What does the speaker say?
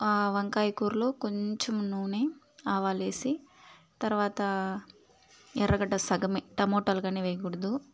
వంకాయా కూరలో కొంచెం నూనె ఆవాలేసి తరువాత ఎర్రగడ్డ సగమే టమోటాలు కూడా వేయగూడదు